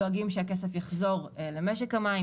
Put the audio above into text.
דואגים שהכסף יחזור למשק המים.